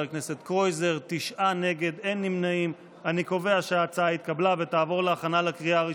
טרור שמקבל תגמול עבור ביצוע מעשה טרור (תיקוני חקיקה),